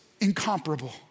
incomparable